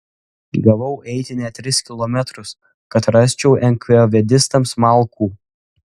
gavau eiti net tris kilometrus kad rasčiau enkavedistams malkų